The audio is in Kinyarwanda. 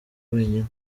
wenyine